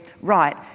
right